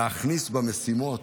להכניס במשימות